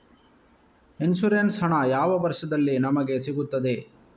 Insurance ಹಣ ಯಾವ ವರ್ಷದಲ್ಲಿ ನಮಗೆ ಸಿಗುತ್ತದೆ?